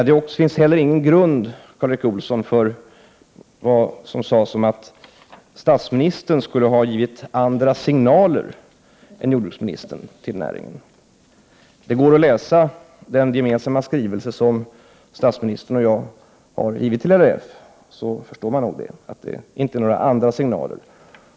Det finns inte heller någon grund, Karl Erik Olsson, för det som sades om att statsministern skulle ha givit andra signaler till näringen än jordbruksministern. Om man läser vår gemensamma skrivelse till LRF inser man nog att det inte är fråga om några andra signaler.